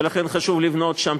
ולכן חשוב לבנות שם,